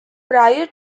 prior